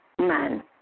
man